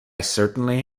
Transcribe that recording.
certainly